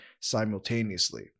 simultaneously